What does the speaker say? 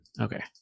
Okay